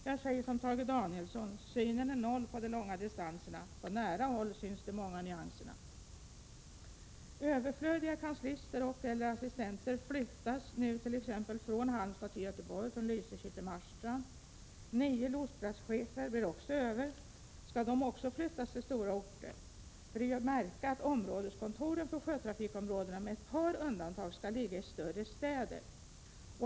Jag säger som Tage Danielsson: Synen är noll på de långa distanserna, på nära håll syns de många nyanserna. Överflödiga kanslister och/eller assistenter flyttas nu t.ex. från Halmstad till Göteborg, från Lysekil till Marstrand. Nio lotsplatschefer blir också över. Skall även de flyttas till stora orter? För det är ju att märka att områdeskontoren för sjötrafikområdena med ett par undantag skall ligga i större städer.